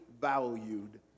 valued